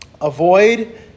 avoid